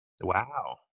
Wow